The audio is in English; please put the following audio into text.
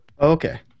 Okay